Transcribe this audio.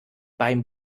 beim